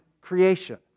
creation